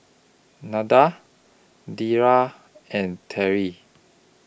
Nilda Deidre and Terrie